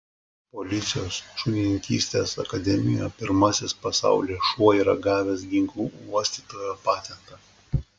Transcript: policijos šunininkystės akademijoje pirmasis pasaulyje šuo yra gavęs ginklų uostytojo patentą